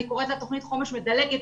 אני קוראת לה תוכנית חומש מדלגת,